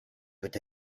peut